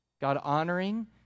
God-honoring